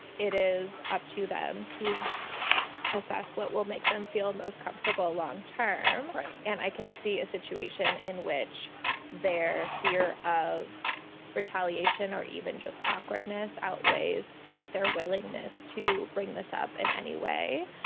it is up to them to assess what will make them feel most comfortable long term. right. and i can see a situation in which their fear of retaliation or even just awkwardness outweighs their willingness to bring this up in any way.